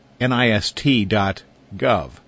nist.gov